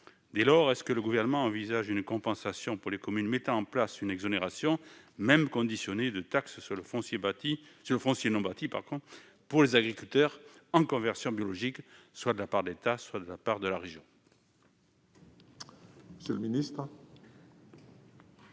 Dès lors, le Gouvernement envisage-t-il une compensation pour les communes mettant en place cette exonération, même conditionnée, de taxe sur le foncier non bâti pour les agriculteurs en conversion biologique, soit de la part d'État, soit de la part de la région ?